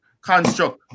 construct